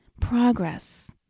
Progress